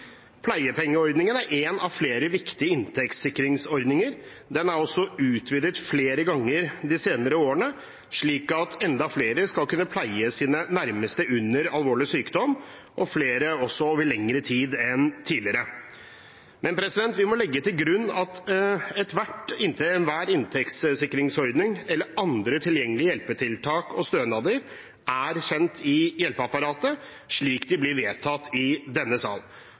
Pleiepengeordningen er en av flere viktige inntektssikringsordninger. Den er også utvidet flere ganger de senere årene, slik at enda flere skal kunne pleie sine nærmeste under alvorlig sykdom, og flere også over lengre tid enn tidligere. Men vi må legge til grunn at enhver inntektssikringsordning eller andre tilgjengelige hjelpetiltak og stønader er kjent i hjelpeapparatet slik de blir vedtatt i denne sal.